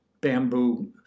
bamboo